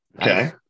Okay